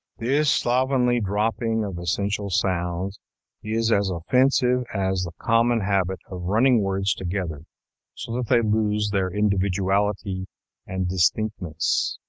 this slovenly dropping of essential sounds is as offensive as the common habit of running words together so that they lose their individuality and distinctness.